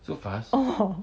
ah